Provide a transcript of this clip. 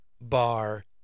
Bar